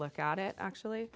look at it actually